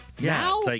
now